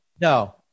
No